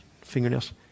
fingernails